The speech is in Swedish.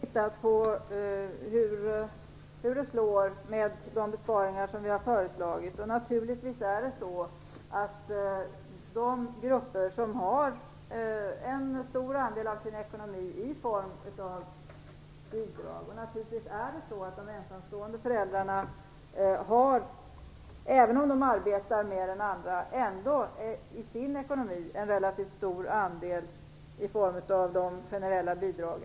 Fru talman! Jo, vi har studerat hur de besparingar som vi har föreslagit utfaller. Naturligtvis har också de ensamstående föräldrarna, även om de arbetar mer än andra, i sin ekonomi en relativt stor andel av generella bidrag.